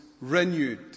renewed